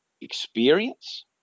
experience